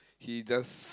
he just